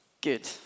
Good